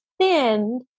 thin